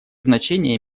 значение